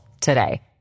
today